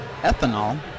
ethanol